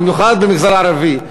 במיוחד במגזר הערבי.